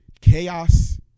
chaos